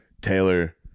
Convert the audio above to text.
Taylor